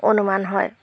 অনুমান হয়